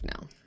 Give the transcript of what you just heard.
now